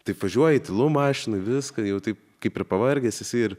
taip važiuoji tylu mašinoj viską jau taip kaip ir pavargęs esi ir